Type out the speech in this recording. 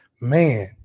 man